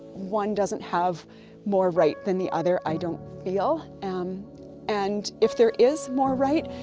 one doesn't have more right than the other i don't feel um and if there is more right,